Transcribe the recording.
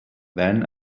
then